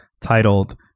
titled